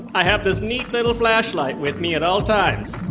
i have this neat little flashlight with me at all times.